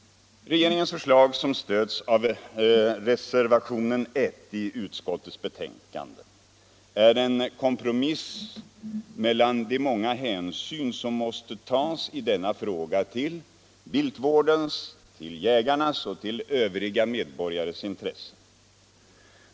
Regeringens förslag, som stöds av reservanterna i utskottet, är en kompromiss mellan de många hänsyn som måste tas i denna fråga till viltvårdens, till jägarnas och till övriga medborgares intressen.